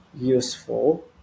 useful